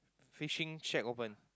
fishing check open